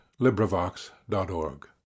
LibriVox.org